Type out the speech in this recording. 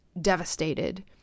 devastated